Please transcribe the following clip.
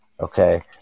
Okay